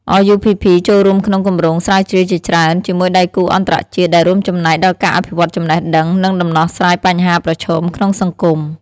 RUPP ចូលរួមក្នុងគម្រោងស្រាវជ្រាវជាច្រើនជាមួយដៃគូអន្តរជាតិ ដែលរួមចំណែកដល់ការអភិវឌ្ឍចំណេះដឹង និងដំណោះស្រាយបញ្ហាប្រឈមក្នុងសង្គម។